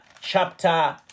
chapter